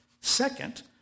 Second